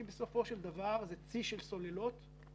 כי בסופו של דבר מדובר על צי של סוללות שמתנייד,